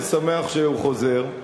אני שמח שהוא חוזר,